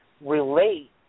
relate